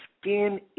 skin